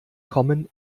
kommen